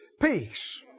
Peace